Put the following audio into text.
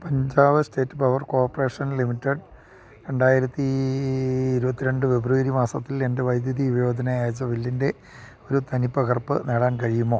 Punjab state power corporation limited രണ്ടായിരത്തി ഇരുപത്തിരണ്ട് February മാസത്തില് എൻറ്റെ വൈദ്യുതി ഉപയോഗത്തിനായി അയച്ച ബില്ലിൻറ്റെ ഒരു തനിപ്പകർപ്പ് നേടാൻ കഴിയുമോ